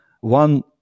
One